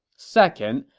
second,